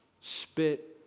spit